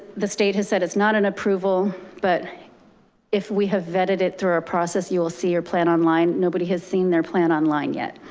the state has said, it's not an approval, but if we have vetted it through our process, you will see your plan online. nobody has seen their plan online yet.